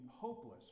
hopeless